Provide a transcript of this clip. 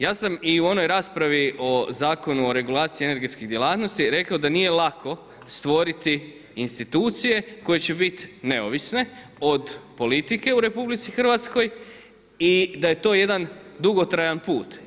Ja sam i u onoj raspravi o Zakonu o regulaciji energetskih djelatnosti rekao da nije lako stvoriti institucije koje će biti neovisne od politike u RH i da je to jedan dugotrajan put.